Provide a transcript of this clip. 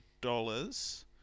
dollars